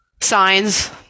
signs